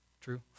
True